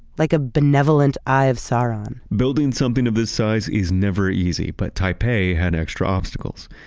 like a benevolent eye of sauron building something of this size is never easy, but taipei had extra obstacles.